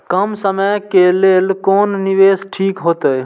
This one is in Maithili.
कम समय के लेल कोन निवेश ठीक होते?